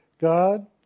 God